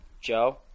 Joe